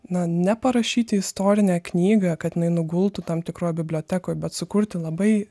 na ne parašyti istorinę knygą kad jinai nugultų tam tikroj bibliotekoj bet sukurti labai